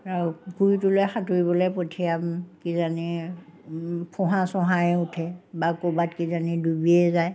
পুখুৰীটোলৈ সাঁতোৰিবলৈ পঠিয়াম কিজানি ফোঁহা চোঁহাই উঠে বা ক'ৰবাত কিজানি ডুবিয়ে যায়